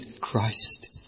Christ